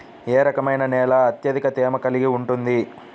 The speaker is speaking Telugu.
ఏ రకమైన నేల అత్యధిక తేమను కలిగి ఉంటుంది?